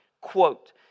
Quote